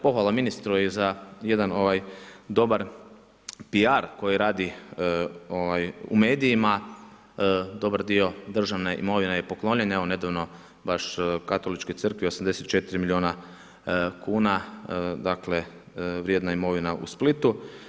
Pohvala ministru i za jedan dobar PR koji radi u medijima, dobar dio državne imovine je poklonjen, evo nedavno, baš Katoličkoj crkvi 84 milijuna kuna, dakle vrijedna imovina u Splitu.